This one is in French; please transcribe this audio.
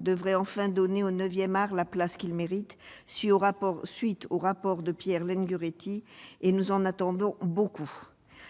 devrait enfin donner au neuvième art la place qu'il mérite, à la suite du rapport de Pierre Lungheretti. Nous en attendons beaucoup.